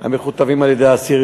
המכותבים ישירות על-ידי האסיר,